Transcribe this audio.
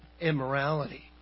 immorality